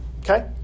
okay